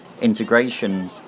integration